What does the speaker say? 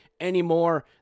anymore